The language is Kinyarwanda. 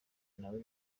nawe